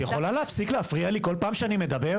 יכולה להפסיק להפריע לי כל פעם שאני מדבר?